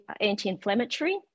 anti-inflammatory